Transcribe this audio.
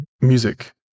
music